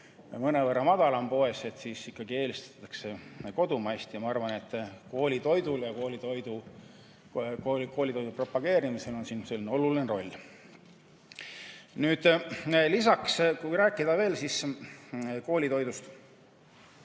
mõnevõrra madalam, siis ikkagi eelistatakse kodumaist. Ma arvan, et koolitoidul ja koolitoidu propageerimisel on siin oluline roll. Lisaks, kui rääkida veel koolitoidust,